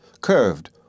curved